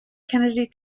kennedy